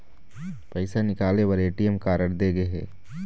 पइसा निकाले बर ए.टी.एम कारड दे गे हे